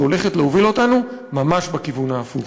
שהולכת להוביל אותנו ממש בכיוון ההפוך.